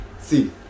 See